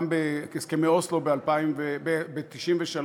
גם בהסכמי אוסלו ב-1993,